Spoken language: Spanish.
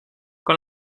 con